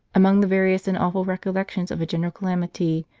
among the various and awful recollections of a general calamity,